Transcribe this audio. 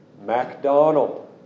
MacDonald